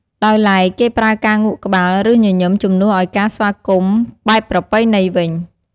ដោយឡែក គេប្រើការងក់ក្បាល ឬ ញញឹម ជំនួសឲ្យការស្វាគមន៍បែបប្រពៃណីវិញ។